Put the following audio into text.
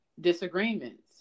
disagreements